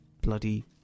bloody